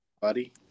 buddy